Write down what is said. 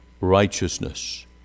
righteousness